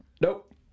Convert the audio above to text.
Nope